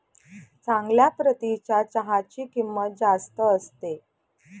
चांगल्या प्रतीच्या चहाची किंमत जास्त असते